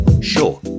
Sure